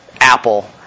Apple